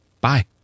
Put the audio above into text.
Bye